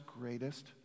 greatest